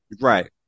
Right